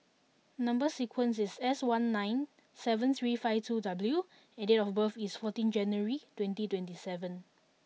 number sequence is S one six nine seven three five two W and date of birth is fourteen January twenty twenty seven